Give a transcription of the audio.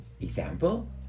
Example